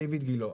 דיוויד גילה,